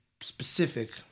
specific